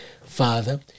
father